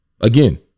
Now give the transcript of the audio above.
Again